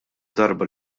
darba